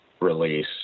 release